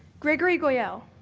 gregory goyle.